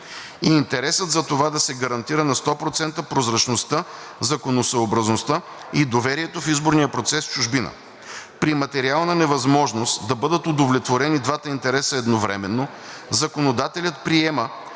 и интереса за това да се гарантира на 100% прозрачността, законосъобразността и доверието в изборния процес в чужбина. При материална невъзможност да бъдат удовлетворени двата интереса едновременно законодателят приема,